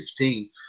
2016